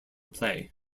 play